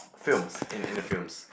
films in in films